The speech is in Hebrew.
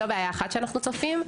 זו בעיה אחת שאנחנו צופים.